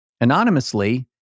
anonymously